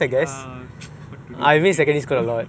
ya what to do secondary school